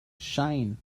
shine